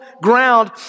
ground